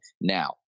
Now